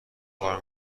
کار